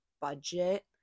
budget